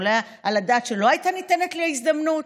עולה על הדעת שלא הייתה ניתנת לי ההזדמנות?